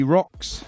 Rocks